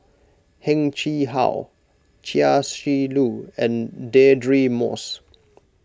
Heng Chee How Chia Shi Lu and Deirdre Moss